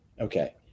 Okay